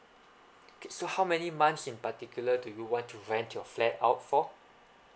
okay so how many months in particular do you want to rent your flat out for